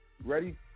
Ready